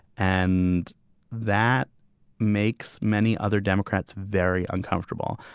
and that makes many other democrats very uncomfortable.